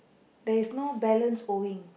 there is no balance owing